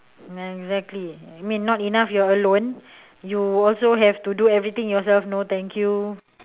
exactly I mean not enough you're alone you also have to do everything yourself no thank you